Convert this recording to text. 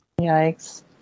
yikes